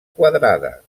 quadrada